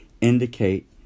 indicate